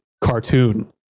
cartoon